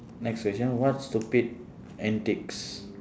next question what stupid antics